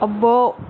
అబ్బో